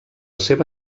seva